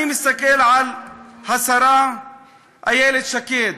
אני מסתכל על השרה איילת שקד